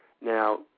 now